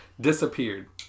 disappeared